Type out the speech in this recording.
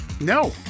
No